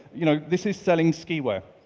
you know, this is selling ski-wear.